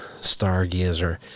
Stargazer